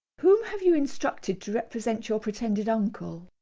whom have you instructed to represent your pretended uncle?